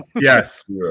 Yes